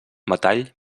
metall